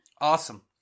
Awesome